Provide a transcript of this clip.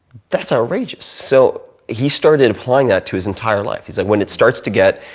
that's outrageous. so he started applying that to his entire life. he's like when it starts to get.